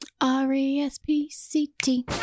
R-E-S-P-C-T